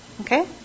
Okay